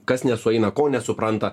kas nesueina ko nesupranta